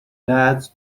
dad’s